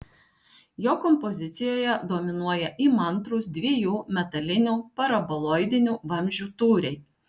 jo kompozicijoje dominuoja įmantrūs dviejų metalinių paraboloidinių vamzdžių tūriai